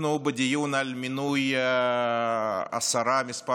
אנחנו בדיון על מינוי השרה מס'